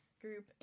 group